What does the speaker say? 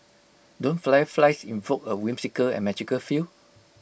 don't fireflies invoke A whimsical and magical feel